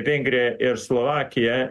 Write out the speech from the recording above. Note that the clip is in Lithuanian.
vengrija ir slovakija